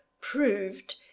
proved